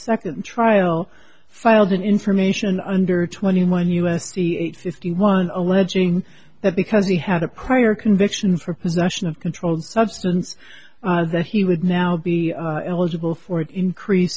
second trial filed an information under twenty one u s c eight fifty one alleging that because he had a prior conviction for possession of controlled substance that he would now be eligible for increased